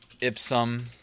ipsum